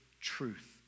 truth